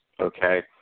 Okay